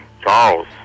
Charles